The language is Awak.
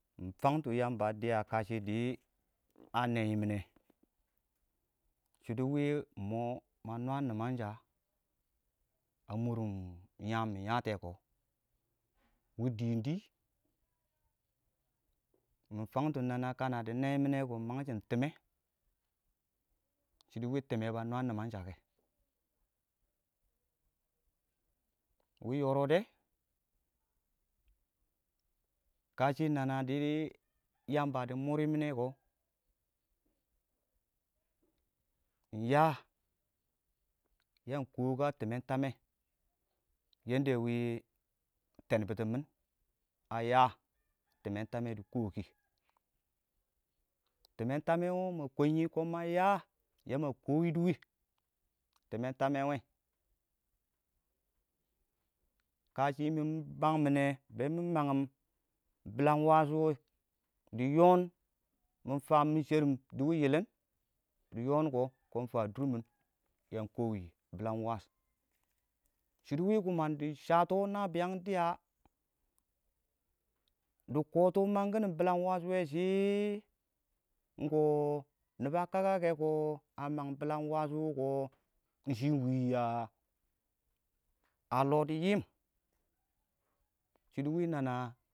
shɪdo wɪɪn mʊ ma nwa nimansha a murun yam mɪ yate kɔ wɪɪn diindi mɪ tants kashɪ nana dɪ neyye mɪne kɔ shilds wɪɪn tɪmmɛ ba nwa nimanshake wɪɪn yoro dɛ kashɪ nana dɪ yamba dɪ murye mɪne kɔ iɪng ya ya kɔwi kɔ timmen tamɛ wɪɪn twn butɔ mɪn a ya timmen tamɛ dɪ kɔwiki timmen tamɛ wɔ ma kwenni kɔn ma ya ya ma kowi duwi timmen tamɛ wɛ kashɪ mɪ bang mɪne bce mɪ mangam wɪɪn dɪ yɔn mɪ tam mɪ sherim dɪ wɪɪn yɪlɪn dɪ yon kɔ kʊn yanta durmin yan kɔwi shɪdo wɪɪn shats nabiyam dɪya dɪ kɔtɔ mangkin shɪ kɪɪn yamba a kakake kɔ a mang kɪɪn shɪ mgwi a lɔ dɪ yiim shds wɪɪn nana dɪ